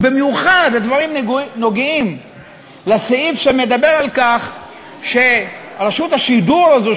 ובמיוחד הדברים נוגעים לסעיף שמדבר על כך שרשות השידור הזאת,